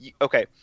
Okay